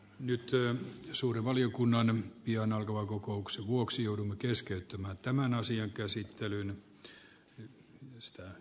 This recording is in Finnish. nykyään suuren valiokunnan on pian alkavan kokouksen vuoksi joudun keskeyttämään tämän asian puutteena tässä